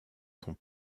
sont